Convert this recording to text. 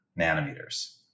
nanometers